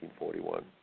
1941